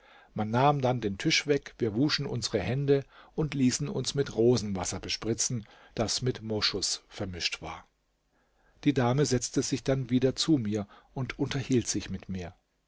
man nahm dann den tisch weg wir wuschen unsere hände und ließen uns mit rosenwasser bespritzen das mit moschus vermischt war die dame setzte sich dann wieder zu mir und unterhielt sich mit mir